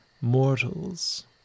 mortals